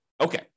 Okay